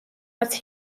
რაც